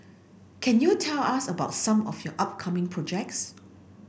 can you tell us about some of your upcoming projects